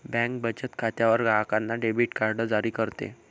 bank बचत खात्यावर ग्राहकांना डेबिट कार्ड जारी करते